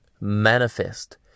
manifest